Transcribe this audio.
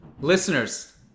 Listeners